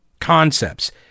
concepts